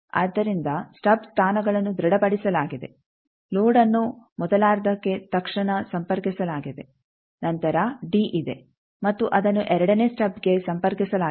ಆದ್ದರಿಂದ ಸ್ಟಬ್ ಸ್ಥಾನಗಳನ್ನು ದೃಢಪಡಿಸಲಾಗಿದೆ ಲೋಡ್ಅನ್ನು ಮೊದಲಾರ್ಧಕ್ಕೆ ತಕ್ಷಣ ಸಂಪರ್ಕಿಸಲಾಗಿದೆ ನಂತರ ಡಿ ಇದೆ ಮತ್ತು ಅದನ್ನು ಎರಡನೇ ಸ್ಟಬ್ಗೆ ಸಂಪರ್ಕಿಸಲಾಗಿದೆ